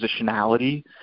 positionality